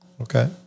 Okay